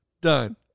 done